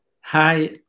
Hi